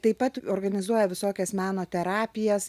taip pat organizuoja visokias meno terapijas